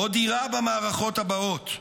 עוד יירה במערכות הבאות.